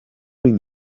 doing